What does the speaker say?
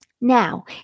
Now